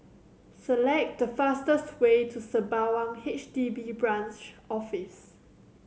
select the fastest way to Sembawang H D B Branch Office